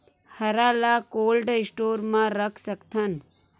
हरा ल cold store म रख सकथन?